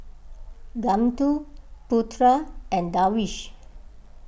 Guntur Putra and Darwish